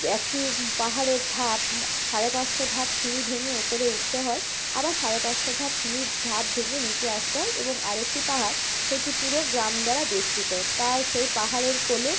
একটি পাহাড়ের ধাপ সাড়ে পাঁচশো ধাপ সিঁড়ি ভেঙে ওপরে উঠতে হয় আবার সাড়ে পাঁচশো ধাপ সিঁড়ির ধাপ ভেঙে নিচে আসতে হয় এবং আরেকটি পাহাড় সেটি পুরো গ্রাম দ্বারা বেষ্টিত তার সেই পাহাড়ের কোলে